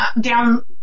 down